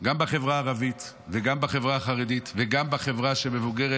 גם בחברה הערבית וגם בחברה החרדית וגם בחברה המבוגרת